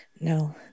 no